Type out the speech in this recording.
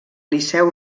liceu